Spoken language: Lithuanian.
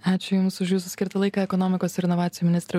ačiū jums už jūsų skirtą laiką ekonomikos ir inovacijų ministrė